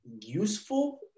useful